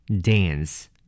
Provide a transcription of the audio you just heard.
dance